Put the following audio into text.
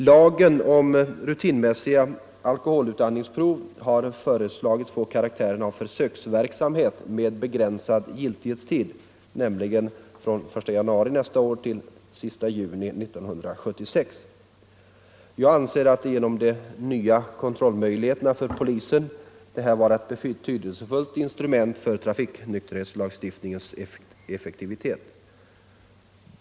Lagen om rutinmässiga alkoholutandningsprov har föreslagits få karaktären av försöksverksamhet med begränsad giltighetstid, nämligen från den 1 januari nästa år till 30 juni 1976. På grund av de nya kontrollmöjligheterna för polisen anser jag detta vara ett betydelsefullt instrument för trafiknykterhetslagstiftningens effektivitet.